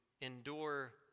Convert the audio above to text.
endure